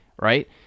right